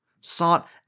sought